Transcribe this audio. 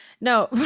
No